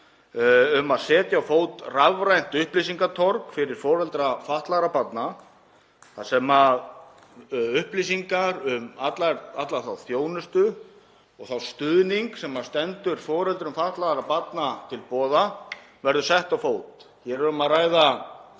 um að setja á fót rafrænt upplýsingatorg fyrir foreldra fatlaðra barna, þar sem verða upplýsingar um alla þá þjónustu og þann stuðning sem stendur foreldrum fatlaðra barna til boða. Hér er um að ræða